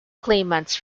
claimants